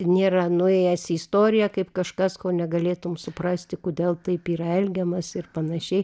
nėra nuėjęs į istoriją kaip kažkas ko negalėtum suprasti kudėl taip yra elgiamasi ir panašiai